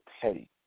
petty